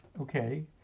Okay